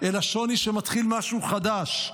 אלא שוני שמתחיל משהו חדש.